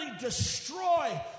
destroy